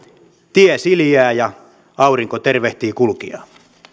tie siliää ja aurinko tervehtii kulkijaa